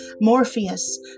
Morpheus